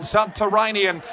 Subterranean